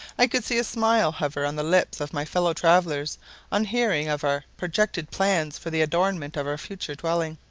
i could see a smile hover on the lips of my fellow travellers on hearing of our projected plans for the adornment of our future dwelling.